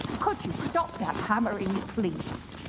could you stop that hammering, please.